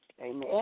Amen